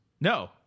No